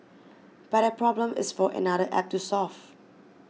but that problem is for another app to solve